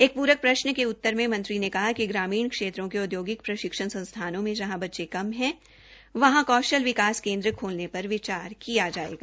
एक पूरक प्रश्न के उत्तर में मंत्री ने कहा कि ग्रामीण क्षेत्रों के औदयोगिक प्रशिक्षण संस्थानों में जहां बच्चे कम है वहां कौशल विकास केन्द्र खोलने पर विचार किया जायेगा